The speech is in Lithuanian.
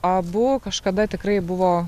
abu kažkada tikrai buvo